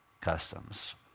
customs